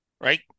right